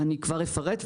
אני כבר אפרט,